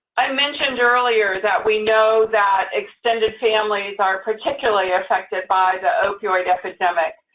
i mentioned earlier that we know that extended families are particularly affected by the opioid epidemic.